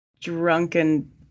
drunken